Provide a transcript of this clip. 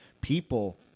People